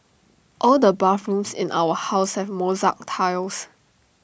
all the bathrooms in our house have mosaic tiles